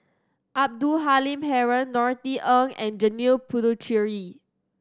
Abdul Halim Haron Norothy Ng and Janil Puthucheary